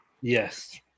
Yes